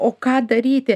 o ką daryti